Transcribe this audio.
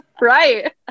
Right